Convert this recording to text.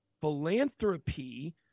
philanthropy